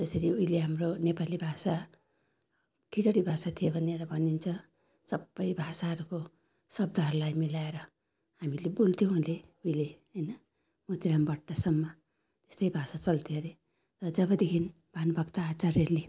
जसरी उहिले हाम्रो नेपाली भाषा खिचडी भाषा थियो भनेर भनिन्छ सबै भाषाहरूको शब्दहरूलाई मिलाएर हामीले बोल्थ्यौँ हरे उहिले होइन मोतिराम भट्टसम्म त्यस्तै भाषा चल्थ्यो हरे र जबदेखि भानुभक्त आचार्यले